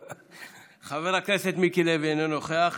חבר הכנסת מיקי לוי, אינו נוכח.